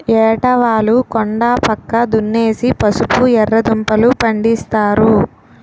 ఏటవాలు కొండా పక్క దున్నేసి పసుపు, ఎర్రదుంపలూ, పండిస్తారు